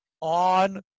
on